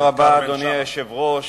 אדוני היושב-ראש,